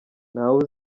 ntawe